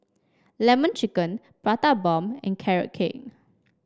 lemon chicken Prata Bomb and Carrot Cake